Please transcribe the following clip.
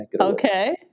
Okay